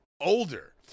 older